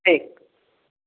ठीक